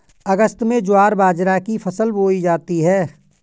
अगस्त में ज्वार बाजरा की फसल बोई जाती हैं